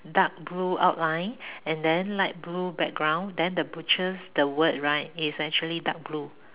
dark blue outline and then light blue background then the butcher's the word right is actually dark blue